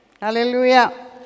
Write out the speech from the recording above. Hallelujah